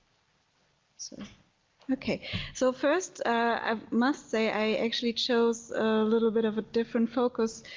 so okay so first i must say i actually chose a little bit of a different focus